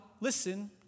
listen